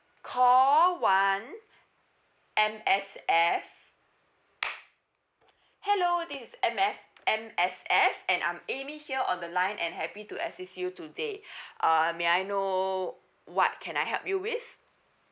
call one M_S_F hello this is M_F M_F_S and I'm amy here on the line and happy to assist you today uh may I know what can I help you with